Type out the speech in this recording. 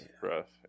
rough